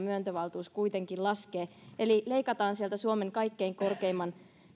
myöntövaltuus kuitenkin laskee eli leikataan suomen kaikkein korkeimman